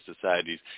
societies